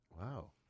Wow